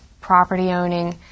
property-owning